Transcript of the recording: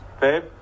Babe